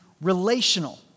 relational